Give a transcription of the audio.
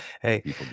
Hey